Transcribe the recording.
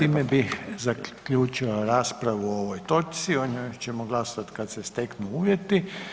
Time bih zaključio raspravu o ovoj točci, o njoj ćemo glasovati kada se steknu uvjeti.